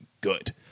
good